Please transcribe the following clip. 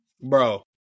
bro